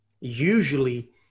usually